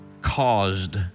caused